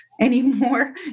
anymore